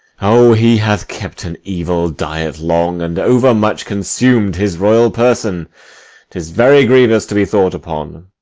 o, he hath kept an evil diet long, and overmuch consum'd his royal person tis very grievous to be thought upon.